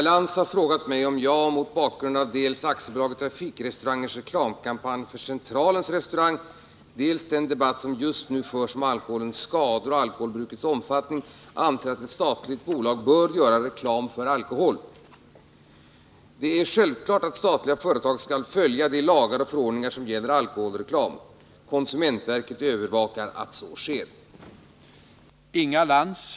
Just nu pågår en reklamkampanj för Centralens restaurang. På annonserna står det ”Vi är stolta över vår personal”, och en interiörbild från restaurangen visar en äldre man som tar emot ett glas från en kvinna. Samtidigt som man gör reklam för alkohol. Anser kommunikationsministern, mot bakgrund av den debatt som just nu förs om alkoholens skador och alkoholbrukets omfattning, att ett statligt bolag bör göra reklam för alkohol?